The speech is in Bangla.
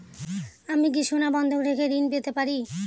আমি কি সোনা বন্ধক রেখে ঋণ পেতে পারি?